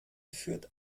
führt